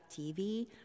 TV